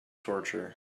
torture